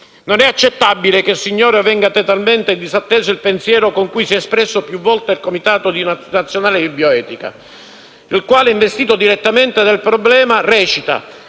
Non è accettabile che si ignori o venga totalmente disatteso il pensiero con cui si è più volte espresso il Comitato nazionale per la bioetica, il quale, investito direttamente del problema,